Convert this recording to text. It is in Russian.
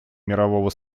мирового